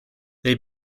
they